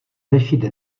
řešit